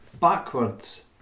backwards